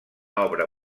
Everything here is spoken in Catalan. obra